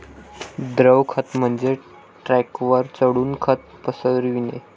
द्रव खत म्हणजे ट्रकवर चढून खत पसरविणे